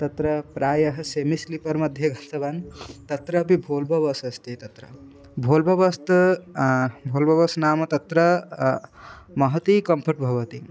तत्र प्रायः semi sleeper मध्ये गतवान् तत्रापि भिल्बो वस् अस्ति तत्र भोल्बो बस् त् भोल्बो बस् नाम तत्र महती कम्फ़र्ट् भवति